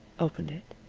opened it,